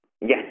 Yes